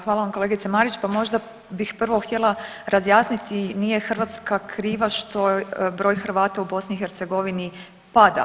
Hvala vam kolegice Marić, pa možda bih prvo htjela razjasniti nije Hrvatska kriva što broj Hrvata u BiH pada.